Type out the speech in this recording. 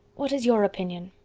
what is your opinion?